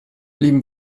blieben